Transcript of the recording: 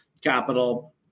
capital